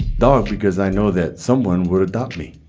dog, because i know that someone would adopt me.